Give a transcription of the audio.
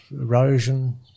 erosion